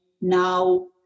now